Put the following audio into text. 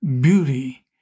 beauty